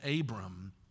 Abram